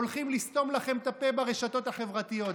הולכים לסתום לכם את הפה ברשתות החברתיות,